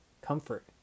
comfort